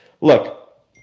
Look